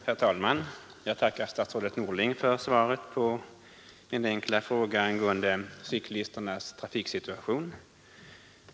Herr talman! Jag tackar statsrådet Norling för svaret på min enkla fråga angående cyklisternas trafiksituation.